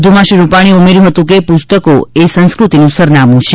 વધુમાં શ્રી રૂપાણીએ ઉમેર્યું કે પુસ્તકોએ સંસ્ક્રતિનું સરનામું છે